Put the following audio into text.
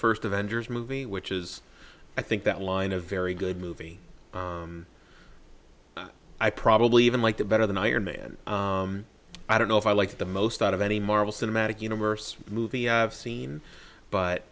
first avengers movie which is i think that line a very good movie i probably even liked it better than iron man i don't know if i like the most out of any marvel cinematic universe movie i've seen but